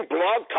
Blog